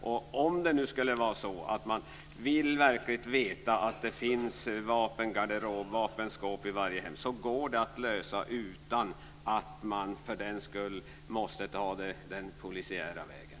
Och om man nu verkligen vill veta att det finns vapenskåp i varje hem går det att lösa utan att man för den skull måste ta det den polisiära vägen.